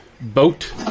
boat